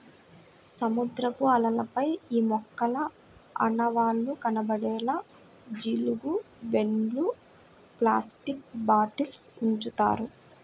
సముద్రపు అలలపై ఈ మొక్కల ఆనవాళ్లు కనపడేలా జీలుగు బెండ్లు, ప్లాస్టిక్ బాటిల్స్ ఉంచుతారు